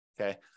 okay